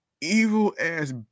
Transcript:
evil-ass